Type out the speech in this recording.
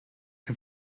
can